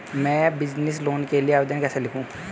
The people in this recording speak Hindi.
मैं बिज़नेस लोन के लिए आवेदन कैसे लिखूँ?